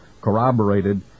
corroborated